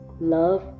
love